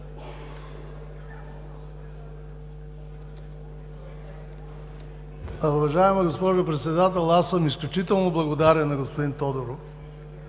Уважаема госпожо Председател, изключително съм благодарен на господин Тодоров,